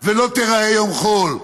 ולא תיראה יום חול,